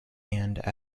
and